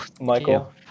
Michael